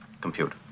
Compute